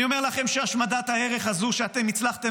אני אומר לכם שהשמדת הערך הזו שאתם הצלחתם